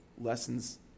lessons